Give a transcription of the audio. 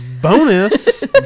bonus